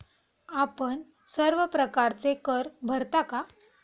आपण सर्व प्रकारचे कर भरता का?